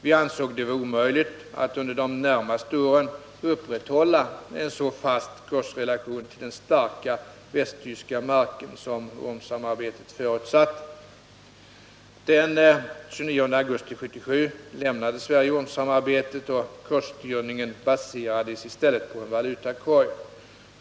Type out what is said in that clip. Vi ansåg det vara omöjligt att under de närmaste åren upprätthålla en så fast kursrelation till den starka västtyska marken som ormsamarbetet förutsatte. Den 29 augusti 1977 lämnade Sverige ormsamarbetet och kursstyrningen baserades i stället på en valutakorg.